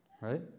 Right